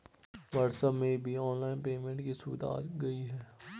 WhatsApp में भी online payment की सुविधा आ गई है